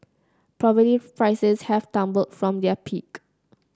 property prices have tumbled from their peak